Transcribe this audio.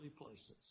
places